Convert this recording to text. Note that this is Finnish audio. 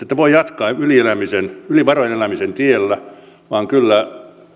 te voi jatkaa yli varojen elämisen tiellä vaan kyllä